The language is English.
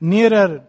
Nearer